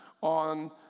on